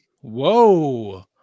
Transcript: Whoa